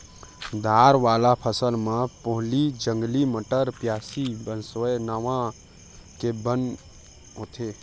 दार वाला फसल म पोहली, जंगली मटर, प्याजी, बनसोया नांव के बन होथे